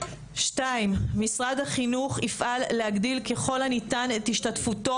2. משרד החינוך יפעל להגדיל ככל הניתן את השתתפותו